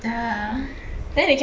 ah